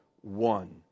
one